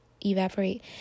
evaporate